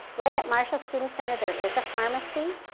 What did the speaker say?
right at marshall student center there is a pharmacy.